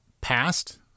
past